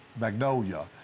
Magnolia